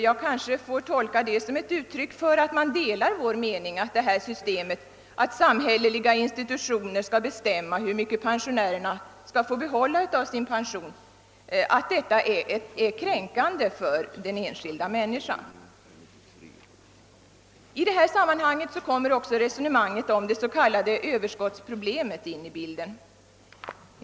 Jag kanske får tolka det som ett uttryck för att man delar vår mening att systemet att samhälleliga institutioner skall bestämma hur mycket pensionärerna skall få behålla av sin pension är kränkande för den enskilda individen. I detta sammanhang kommer också resonemanget om det s.k. överskottsproblemet in i bilden.